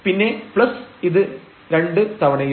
പിന്നെ പ്ലസ് ഇത് 2 തവണയും